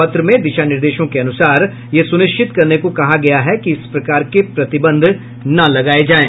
पत्र में दिशा निर्देशों के अनुसार यह सुनिश्चित करने को कहा गया है कि इस प्रकार के प्रतिबंध न लगाए जाएं